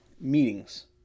meetings